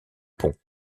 pont